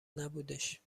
نبودش